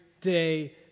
day